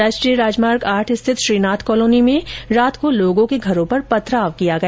राष्ट्रीय राजमार्ग आठ स्थित श्रीनाथ कॉलोनी में भी रात को लोगों के घरों पर पथराव किया गया